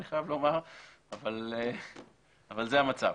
אבל זה המצב.